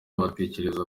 batekereza